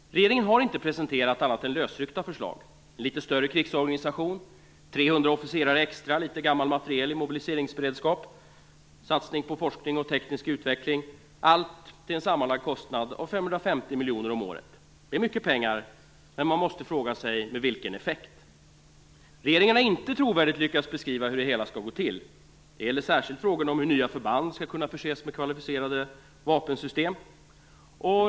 Regeringen har inte presenterat annat än lösryckta förslag om en litet större krigsorganisation, 300 officerare extra, litet gammal materiel i mobiliseringsberedskap och satsning på forskning och teknisk utveckling; allt till en sammanlagd kostnad av 550 miljoner om året. Det är mycket pengar, men man måste fråga sig vilken effekt de får. Regeringen har inte trovärdigt lyckats beskriva hur det hela skall gå till. Det gäller särskilt frågorna om hur nya förband skall kunna förses med kvalificerade vapensystem.